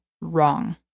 wrong